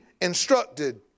instructed